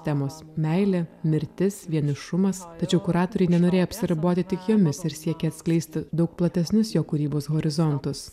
temos meilė mirtis vienišumas tačiau kuratoriai nenorėjo apsiriboti tik jomis ir siekė atskleisti daug platesnius jo kūrybos horizontus